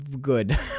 good